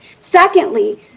Secondly